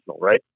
right